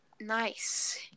Nice